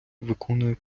виконує